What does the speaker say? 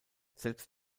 selbst